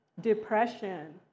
Depression